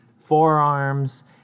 forearms